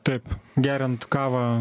taip geriant kavą